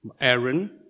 Aaron